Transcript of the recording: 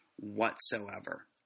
whatsoever